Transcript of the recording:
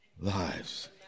lives